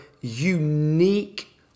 unique